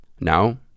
Now